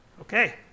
Okay